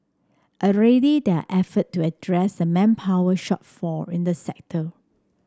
already there are effort to address the manpower shortfall in the sector